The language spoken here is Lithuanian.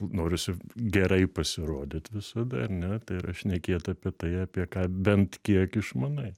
norisi gerai pasirodyt visada ar ne tai yra šnekėt apie tai apie ką bent kiek išmanai